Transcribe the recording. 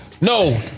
No